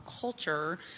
culture